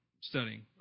studying